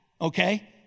okay